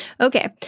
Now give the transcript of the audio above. Okay